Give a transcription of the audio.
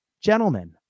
gentlemen